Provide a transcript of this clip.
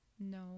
No